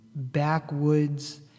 backwoods